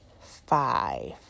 five